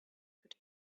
could